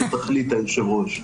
אדוני היושב-ראש.